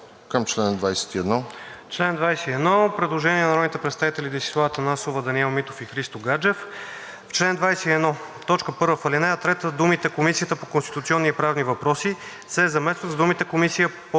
Към чл. 21.